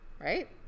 right